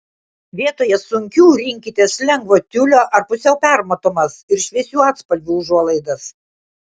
vietoje sunkių rinkitės lengvo tiulio ar pusiau permatomas ir šviesių atspalvių užuolaidas